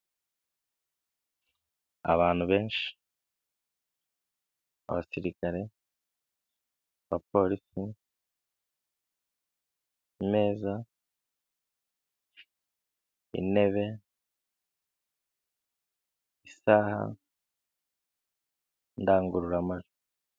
Abantu b'ingeri zitandukanye barahagaze bari kwifotoza harimo; umugore, harimo umukobwa, ndetse abasigaye n'abagabo bambaye amakositimu. Inyuma yabo hari icyapa cy'ikigo cy'igihugu cy'ubwisungane mu kwivuza.